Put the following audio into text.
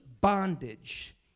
bondage